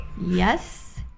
Yes